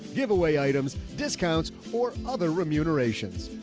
giveaway items, discounts, or other remunerations.